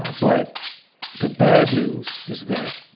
ah but the bad news is that,